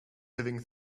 living